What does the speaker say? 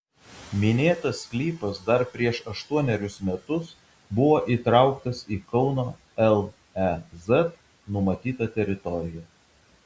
minėtas sklypas dar prieš aštuonerius metus buvo įtrauktas į kauno lez numatytą teritoriją